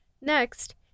Next